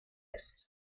vest